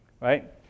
right